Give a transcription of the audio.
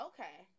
Okay